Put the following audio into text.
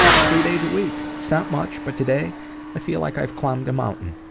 three days a week. it's not much, but today i feel like i've climbed a mountain.